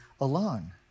alone